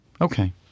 Okay